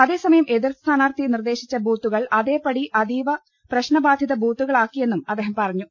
അതേസമയം എതിർ സ്ഥാനാർത്ഥി നിർദേശിച്ച ബൂത്തു കൾ അതേപടി അതീവ പ്രശ്നബാധിത ബൂത്തുകളാക്കിയെന്നും അദ്ദേഹം പറഞ്ഞു